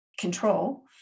control